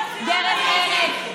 דרך ארץ,